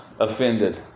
Offended